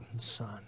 son